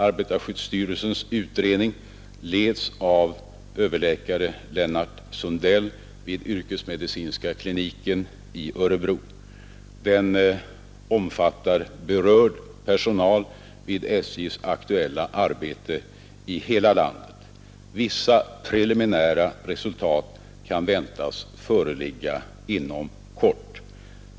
Arbetarskyddsstyrelsens utredning leds av överläkare Lennart Sundell vid yrkesmedicinska kliniken i Örebro. Den omfattar berörd personal vid SJ:s aktuella arbete i hela landet. Vissa preliminära resultat väntas föreligga inom kort.